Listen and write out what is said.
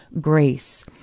Grace